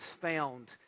found